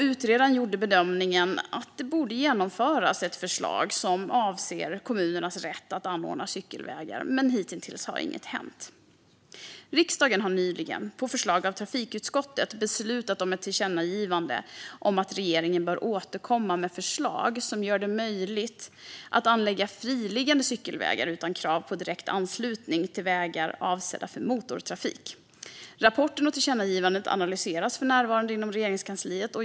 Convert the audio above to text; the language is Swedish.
Utredaren gjorde bedömningen att förslaget avseende kommunernas rätt att anordna cykelvägar borde genomföras, men hittills har inget hänt. Riksdagen har nyligen, på förslag av trafikutskottet, beslutat om ett tillkännagivande om att regeringen bör återkomma med förslag som gör det möjligt att anlägga friliggande cykelvägar utan krav på direkt anslutning till vägar avsedda för motortrafik. Rapporten och tillkännagivandet analyseras för närvarande inom Regeringskansliet.